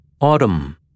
Autumn